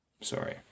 Sorry